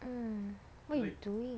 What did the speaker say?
mm what you doing